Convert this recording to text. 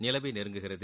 நிலவை நெருங்குகிறது